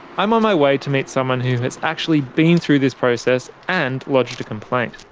i'm on my way to meet someone who has actually been through this process and lodged a complaint.